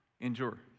endure